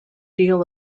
deal